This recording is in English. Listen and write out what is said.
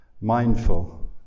mindful